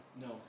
No